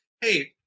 hey